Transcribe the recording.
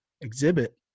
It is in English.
exhibit